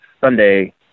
sunday